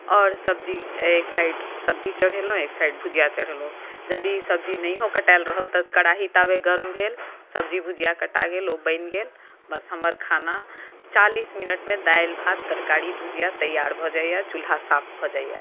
आओर सब्जी एक साइड सब्जी चढ़ेलहुँ एक साइड भुजिआ चढ़ेलहुँ यदि सब्जी नहिओ कटाएल रहल तऽ कढ़ाही ताबे गर्म भेल सब्जी भुजिआ कटा गेल ओ बनि गेल बस हमर खाना चालीस मिनटमे दालि भात तरकारी भुजिआ तैआर भऽ जाइए चूल्हा साफ भऽ जाइए